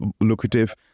lucrative